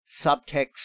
subtext